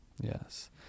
yes